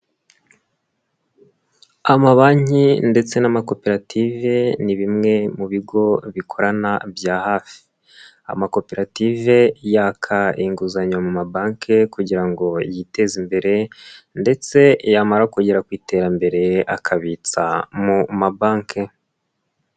Amabanki ndetse n'amakoperative ni bimwe mu bigo bikorana bya hafi, amakoperative yaka inguzanyo mu mabanki kugira ngo yiteze imbere ndetse yamara kugera ku iterambere akabitsa mu mabanki.